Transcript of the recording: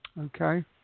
okay